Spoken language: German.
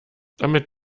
damit